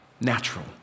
natural